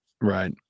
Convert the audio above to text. right